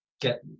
get